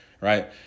right